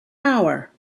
hour